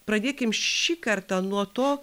pradėkim šį kartą nuo to